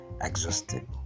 exhausted